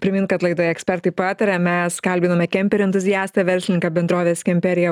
primint kad laidoje ekspertai pataria mes kalbinome kemperių entuziastą verslininką bendrovės kemperija